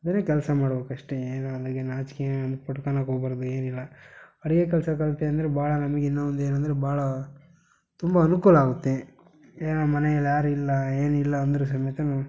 ಬೇರೆ ಕೆಲಸ ಮಾಡಬೇಕಷ್ಟೆ ಏನು ನಾಚಿಕೆ ಏನೂ ಪಟ್ಕನಕ್ಕೆ ಹೋಗ್ಬಾರ್ದು ಏನಿಲ್ಲ ಅಡಿಗೆ ಕೆಲಸ ಕಲಿತೆ ಅಂದರೆ ಭಾಳ ನಮಗಿನ್ನ ಒಂದು ಏನಂದರೆ ಭಾಳ ತುಂಬ ಅನುಕೂಲ ಆಗುತ್ತೆ ಏನೋ ಮನೆಯಲ್ಲಿ ಯಾರೂ ಇಲ್ಲ ಏನಿಲ್ಲ ಅಂದ್ರೂ ಸಮೇತ